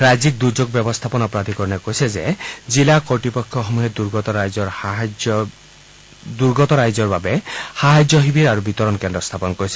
ৰাজ্যিক দুৰ্যোগ ব্যৱস্থাপনা প্ৰাধিকৰণে কৈছে যে জিলা কৰ্তৃপক্ষসমূহে দুৰ্গত ৰাইজৰ বাবে সাহায্য শিৱিৰ আৰু বিতৰণ কেন্দ্ৰ স্থাপন কৰিছে